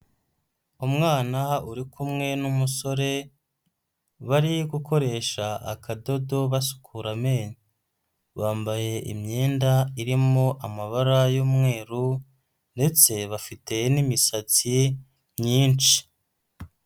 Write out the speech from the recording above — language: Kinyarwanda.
Umwana uri kumwe n'umusore, bari gukoresha akadodo basukura amenyo. Bambaye imyenda irimo amabara y'umweru ndetse bafite n'imisatsi myinshi.